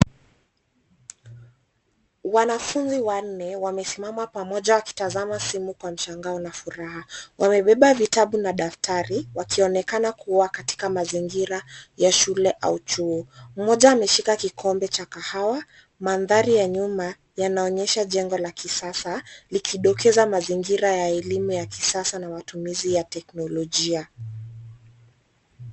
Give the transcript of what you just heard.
Wanafunzi wanne wamesimama pamoja wakitazama simu kwa mshangao na furaha. Wamebeba vitabu na daftari wakionekana kuwa katika mazingira ya shule au chuo. Mmoja ameshika kikombe cha kahawa. Mandhari ya nyuma yanaonyesha jengo la kisasa likidokeza mazingira ya elimu ya kisasa na matumizi ya teknolojia.